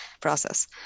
process